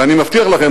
ואני מבטיח לכם,